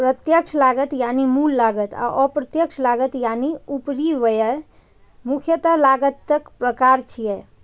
प्रत्यक्ष लागत यानी मूल लागत आ अप्रत्यक्ष लागत यानी उपरिव्यय मुख्यतः लागतक प्रकार छियै